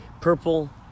purple